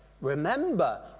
remember